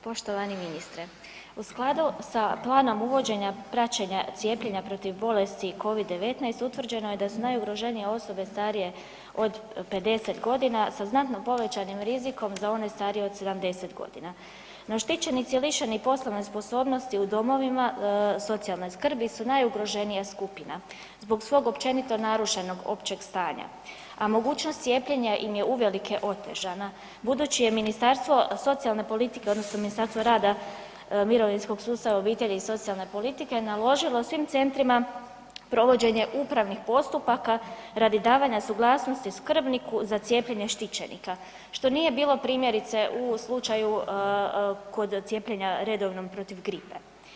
Poštovani ministre, u skladu sa planom uvođenja praćenja cijepljenja protiv bolesti Covid-19 utvrđeno je da su najugroženije osobe starije od 50.g. sa znatno povećanim rizikom za one starije od 70.g. No, štićenici lišeni poslovne sposobnosti u domovima socijalne skrbi su najugroženija skupina zbog svog općenito narušenog općeg stanja, a mogućnost cijepljenja im je uvelike otežana budući je Ministarstvo socijalne politike odnosno Ministarstvo rada, mirovinskog sustava, obitelji i socijalne politike naložilo svim centrima provođenje upravnih postupaka radi davanja suglasnosti skrbniku za cijepljenje štićenika, što nije bilo primjerice u slučaju kod cijepljenja redovnom protiv gripe.